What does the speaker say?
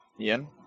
Ian